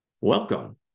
Welcome